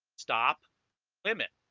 stop limit